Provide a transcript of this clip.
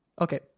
Okay